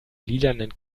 lilanen